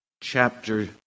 chapter